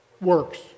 works